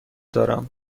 دارم